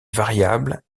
variable